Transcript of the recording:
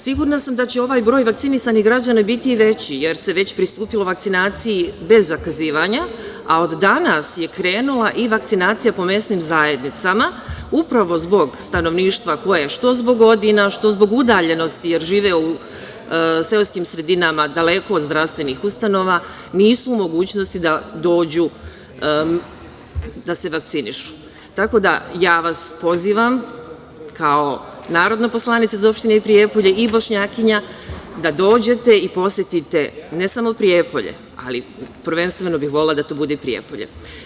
Sigurna sam da će ovaj broj vakcinisanih građana biti i veći, jer se već pristupilo vakcinaciji bez zakazivanja, a od danas je krenula i vakcinacija po mesnim zajednicama upravo zbog stanovništva koje što zbog godina, što zbog udaljenosti, jer žive u seoskim sredinama, daleko od zdravstvenih ustanova, nisu u mogućnosti da dođu da se vakcinišu, tako da vas pozivam kao narodna poslanica iz opštine Prijepolje i Bošnjakinja da dođete i posetite ne samo Prijepolje, ali prvenstveno bih volela da to bude Prijepolje.